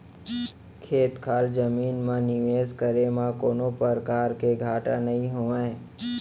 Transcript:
खेत खार जमीन म निवेस करे म कोनों परकार के घाटा नइ होवय